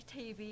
TV